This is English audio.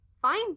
Fine